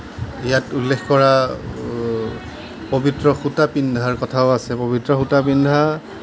ইয়াত উল্লেখ কৰা পবিত্ৰ সূতা পিন্ধাৰ কথাও আছে পবিত্ৰ সূতা পিন্ধা